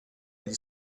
gli